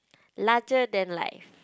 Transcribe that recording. larger than life